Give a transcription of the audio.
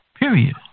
Period